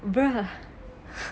bra